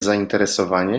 zainteresowanie